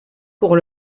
pour